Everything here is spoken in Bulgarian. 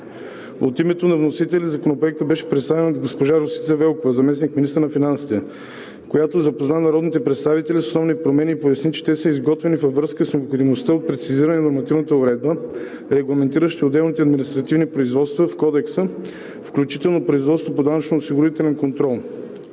От името на вносителите Законопроектът беше представен от госпожа Росица Велкова – заместник-министър на финансите, която запозна народните представители с основните промени и поясни, че те са изготвени във връзка с необходимостта от прецизиране на нормативната уредба, регламентираща отделните административни производства в Кодекса, включително производствата по данъчно-осигурителен контрол,